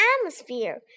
atmosphere